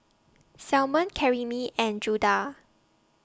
Simone Karyme and Judah